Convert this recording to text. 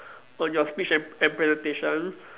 on your speech and and presentation